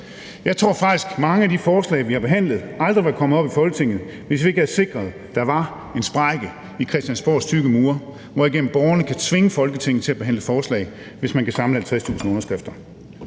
Jeg tror faktisk, at mange af de forslag, vi har behandlet, aldrig var kommet op i Folketinget, hvis vi ikke havde sikret, at der var en sprække i Christiansborgs tykke mure, hvorigennem borgerne kan tvinger Folketinget til at behandle forslag, hvis man kan samle 50.000 underskrifter.